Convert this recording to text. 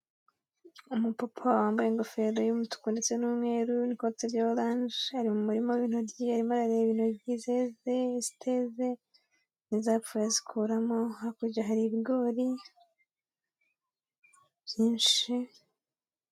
Umupapa wambaye ingofero y'umutuku ndetse n'umweru n'ikote rya oranje, ari mu murima w'intoryi arimo arareba intoryi zeze, iziteze n'izapfuye azikuramo, hakurya hari ibigori byinshi.